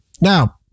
Now